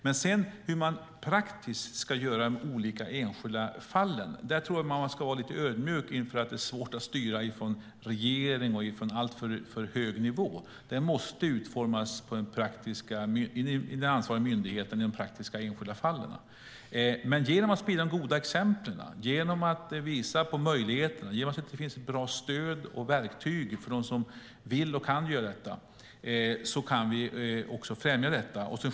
Men jag tror att man ska vara lite ödmjuk inför att det är svårt för regering och ifrån alltför hög nivå att styra hur man praktiskt ska göra i de olika enskilda fallen. Det måste utformas av den ansvariga myndigheten i de enskilda praktiska fallen. Genom att sprida goda exempel, genom att visa på möjligheterna, genom att det finns bra stöd och verktyg för dem som vill och kan göra detta kan vi också främja det.